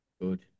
Good